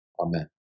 Amen